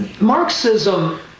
Marxism